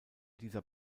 dieser